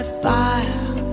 fire